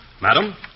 Madam